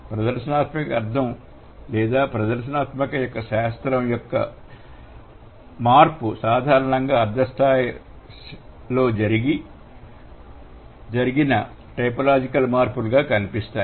ప్రదర్శనాత్మక అర్థం లేదా ప్రదర్శనాత్మక శాస్త్రం యొక్క మార్పు సాధారణంగా అర్థస్థాయిలో జరిగిన టైపోలాజికల్ మార్పులు గా కనిపిస్తాయి